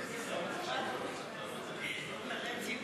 של קבוצת סיעת המחנה הציוני לסעיף 1 לא נתקבלה.